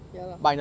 ya lah